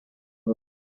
bose